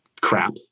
crap